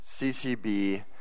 CCB